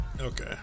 Okay